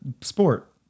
sport